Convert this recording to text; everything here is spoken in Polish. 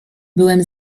byłem